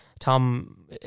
Tom